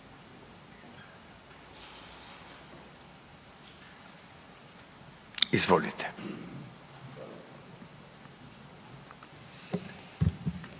Izvolite